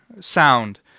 sound